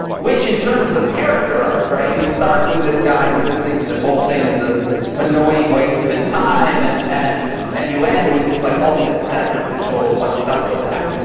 which, in terms of character arc, you start with this guy who just thinks this whole thing is an annoying waste of his time and and and you end with this like ultimate sacrificial, like selfless act.